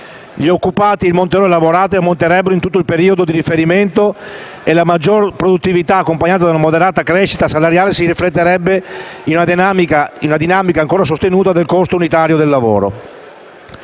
Gli occupati e il monte ore lavorate aumenterebbero in tutto il periodo di riferimento e la maggiore produttività, accompagnata da una moderata crescita salariale, si rifletterebbe in una dinamica ancora contenuta del costo unitario del lavoro.